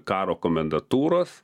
karo komendantūras